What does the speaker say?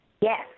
Yes